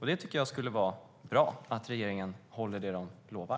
Det tycker jag skulle vara bra, att regeringen håller vad man lovar.